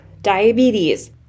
diabetes